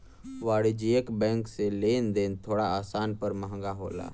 वाणिज्यिक बैंक से लेन देन थोड़ा आसान पर महंगा होला